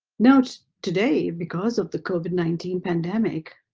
now today because of the covid nineteen pandemic,